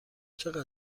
چقدر